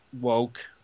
woke